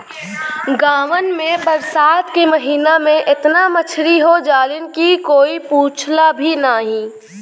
गांवन में बरसात के महिना में एतना मछरी हो जालीन की कोई पूछला भी नाहीं